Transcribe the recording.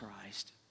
Christ